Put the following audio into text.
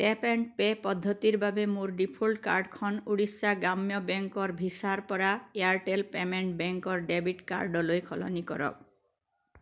tap and pay পদ্ধতিৰ বাবে মোৰ ডিফ'ল্ট কাৰ্ডখন উৰিষ্যা গ্ৰাম্য বেংকৰ ভিছাৰপৰা এয়াৰটেল পে'মেণ্ট বেংকৰ ডেবিট কাৰ্ডলৈ সলনি কৰক